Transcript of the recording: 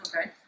Okay